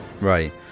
Right